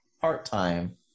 part-time